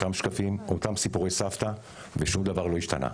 אותם שקפים ואותם סיפורי סבתא ושום דבר לא השתנה.